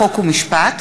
חוק ומשפט,